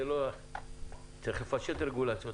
צריך לפשט רגולציות,